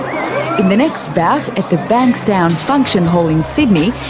in the next bout, at the bankstown function hall in sydney,